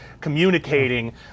communicating